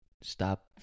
Stop